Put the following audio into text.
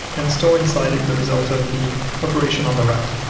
and store inside it the result of the operation on the right,